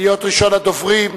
להיות ראשון הדוברים.